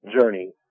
journey